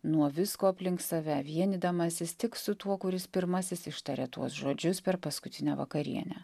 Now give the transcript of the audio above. nuo visko aplink save vienydamasis tik su tuo kuris pirmasis ištaria tuos žodžius per paskutinę vakarienę